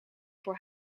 voor